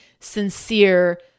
sincere